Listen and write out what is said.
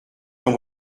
dans